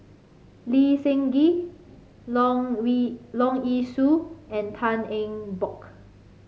Lee Seng Gee Leong Leong Yee Soo and Tan Eng Bock